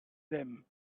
them